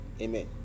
Amen